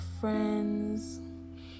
friends